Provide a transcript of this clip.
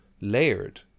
layered